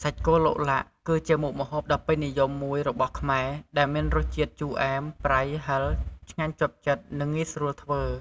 សាច់គោឡុកឡាក់ គឺជាមុខម្ហូបដ៏ពេញនិយមមួយរបស់ខ្មែរ ដែលមានរសជាតិជូរអែម ប្រៃ ហឹរ ឆ្ងាញ់ជាប់ចិត្ត និងងាយស្រួលធ្វើ។